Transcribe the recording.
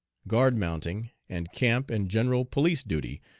guard mounting, and camp and general police duty,